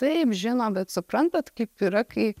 taip žino bet suprantat kaip yra kai